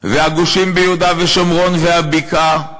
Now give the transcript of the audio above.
והגושים ביהודה ושומרון והבקעה,